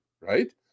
right